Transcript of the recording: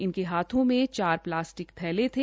इनके हाथों में चार प्लास्टिक के थैले थे